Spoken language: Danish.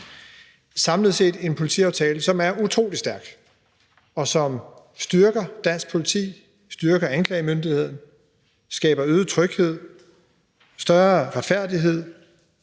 samlet set en positiv aftale, som er utrolig stærk, og som styrker dansk politi, styrker anklagemyndigheden, skaber øget tryghed, større retfærdighed,